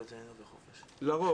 לרוב.